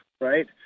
right